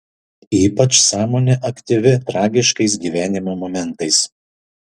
ypač sąmonė aktyvi tragiškais gyvenimo momentais